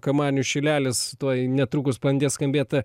kamanių šilelis tuoj netrukus pradės skambėt